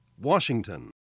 Washington